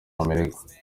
amerika